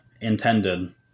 intended